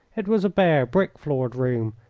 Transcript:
it was a bare, brick-floored room.